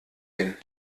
hin